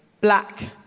black